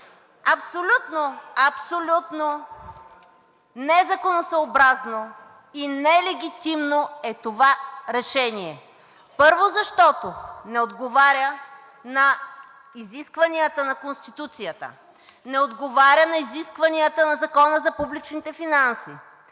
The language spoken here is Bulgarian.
Абсолютно незаконосъобразно и нелегитимно е това решение, първо, защото не отговаря на изискванията на Конституцията, не отговаря на изискванията на Закона за публичните финанси,